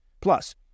Plus